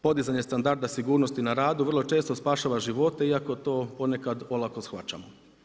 Podizanje standarda sigurnosti na radu vrlo često spašava živote iako to ponekad olako shvaćamo.